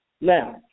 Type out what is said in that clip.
Now